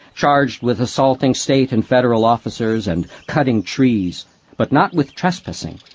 charged with assaulting state and federal officers and cutting trees but not with trespassing,